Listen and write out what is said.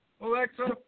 Alexa